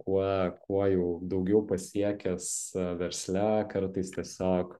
kuo kuo jau daugiau pasiekęs versle kartais tiesiog